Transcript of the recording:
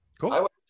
Cool